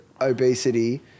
obesity